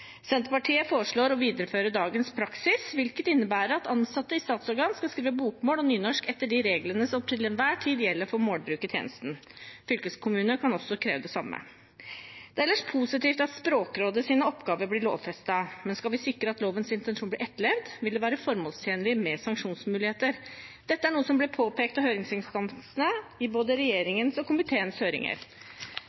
Senterpartiet foreslår å videreføre dagens praksis, hvilket innebærer at ansatte i statsorganer skal skrive bokmål og nynorsk etter de reglene som til enhver tid gjelder for målbruk i tjenesten. Fylkeskommunene kan også kreve det samme. Det er ellers positivt at Språkrådets oppgaver blir lovfestet, men skal vi sikre at lovens intensjoner blir etterlevd, vil det være formålstjenlig med sanksjonsmuligheter. Dette er noe som ble påpekt av høringsinstansene i både